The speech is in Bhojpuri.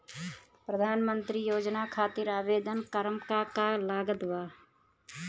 प्रधानमंत्री योजना खातिर आवेदन करम का का लागत बा?